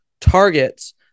targets